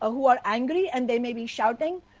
ah who are angry, and they may be shouting,